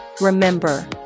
Remember